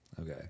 Okay